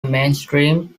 mainstream